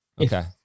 Okay